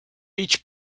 each